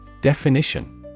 Definition